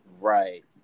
Right